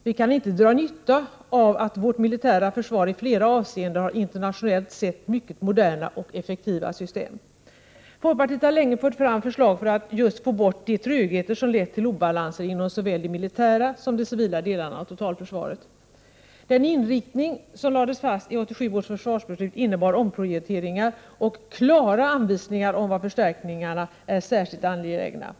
Vi kan inte dra nytta av att vårt militära försvar i flera avseenden har internationellt sett mycket moderna och effektiva system. Folkpartiet har länge fört fram förslag för att få bort just de trögheter som lett till obalanser inom såväl de militära som de civila delarna av totalförsvaret. Den inriktning som lades fast i 1987 års försvarsbeslut innebär omprioriteringar och klara anvisningar om var förstärkningar är särskilt angelägna.